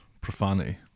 profanity